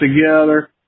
together